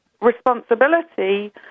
responsibility